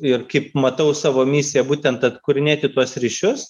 ir kaip matau savo misiją būtent atkūrinėti tuos ryšius